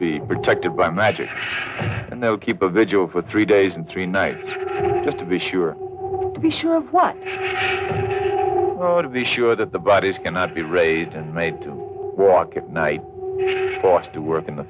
be protected by magic and they will keep a vigil for three days and three nights just to be sure to be sure of what are the sure that the bodies cannot be raised and made to walk at night or to work in the